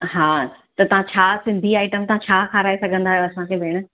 हा त तव्हां छा सिंधी आईटम तव्हां छा खाराइ सघंदा आहियो असांखे भेण